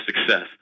success